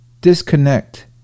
disconnect